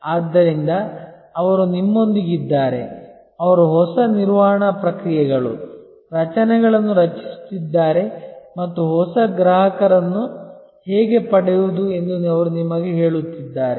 ಆದ್ದರಿಂದ ಅವರು ನಿಮ್ಮೊಂದಿಗಿದ್ದಾರೆ ಅವರು ಹೊಸ ನಿರ್ವಹಣಾ ಪ್ರಕ್ರಿಯೆಗಳು ರಚನೆಗಳನ್ನು ರಚಿಸುತ್ತಿದ್ದಾರೆ ಮತ್ತು ಹೊಸ ಗ್ರಾಹಕರನ್ನು ಹೇಗೆ ಪಡೆಯುವುದು ಎಂದು ಅವರು ನಿಮಗೆ ಹೇಳುತ್ತಿದ್ದಾರೆ